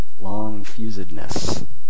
long-fusedness